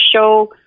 show